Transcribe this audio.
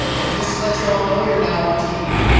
and just to let you all know, you're now on t v.